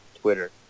Twitter